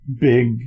big